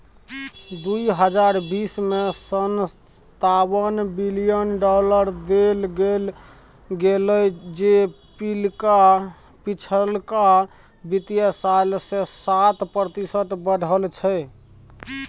दुइ हजार बीस में सनतावन बिलियन डॉलर देल गेले जे पिछलका वित्तीय साल से सात प्रतिशत बढ़ल छै